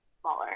smaller